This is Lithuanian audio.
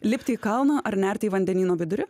lipti į kalną ar nerti į vandenyno vidurį